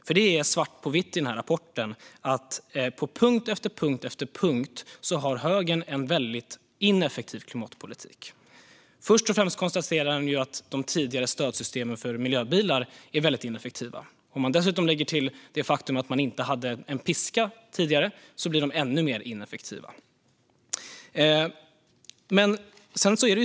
Det framgår svart på vitt i rapporten: På punkt efter punkt har högern en väldigt ineffektiv klimatpolitik. Först och främst konstateras att de tidigare stödsystemen för miljöbilar är väldigt ineffektiva. Om vi dessutom lägger till det faktum att man inte hade en piska tidigare blir de ännu mer ineffektiva.